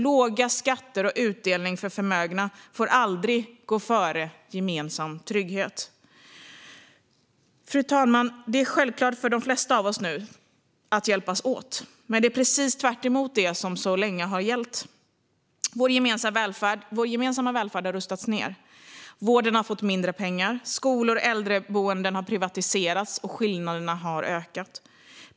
Låga skatter och utdelning för förmögna får aldrig gå före gemensam trygghet. Fru talman! Det är självklart för de flesta av oss nu att hjälpas åt. Men det är precis tvärtemot hur det så länge har varit. Vår gemensamma välfärd har rustats ned. Vården har fått mindre pengar. Skolor och äldreboenden har privatiserats, och skillnaderna har ökat.